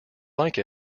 like